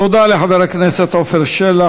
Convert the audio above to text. תודה לחבר הכנסת עפר שלח.